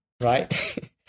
right